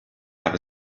other